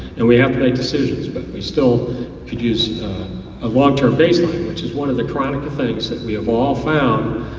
and we have to make decisions, but we still could use a long term base line, which is one of the chronicle things that we have all found,